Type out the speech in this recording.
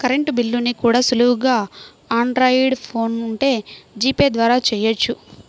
current బిల్లుల్ని కూడా సులువుగా ఆండ్రాయిడ్ ఫోన్ ఉంటే జీపే ద్వారా చెయ్యొచ్చు